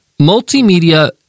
multimedia